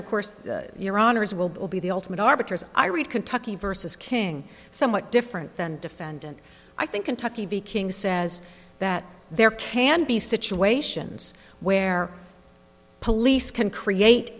of course your honour's will be the ultimate arbiters i read kentucky versus king somewhat different than defendant i think kentucky v king says that there can be situations where police can create